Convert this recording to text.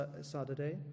Saturday